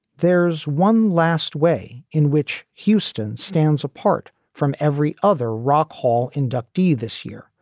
there's one last way in which houston stands apart from every other rock hall inductee this year,